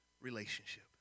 relationship